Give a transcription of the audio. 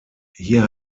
hier